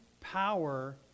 power